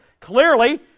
clearly